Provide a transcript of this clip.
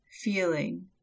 feeling